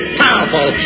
powerful